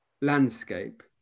landscape